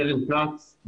קרן כץ,